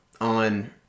on